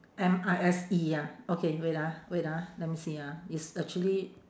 M I S E ah okay wait ah wait ah let me see ah it's actually